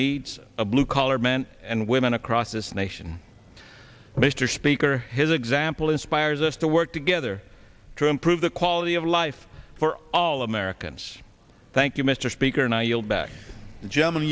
needs of blue collar men and women across this nation mr speaker his example inspires us to work together to improve the quality of life for all americans thank you mr speaker and i yield back